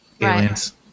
Aliens